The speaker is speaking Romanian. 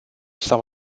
sau